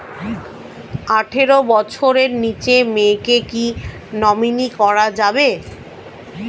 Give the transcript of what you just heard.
আঠারো বছরের নিচে মেয়েকে কী নমিনি করা যাবে?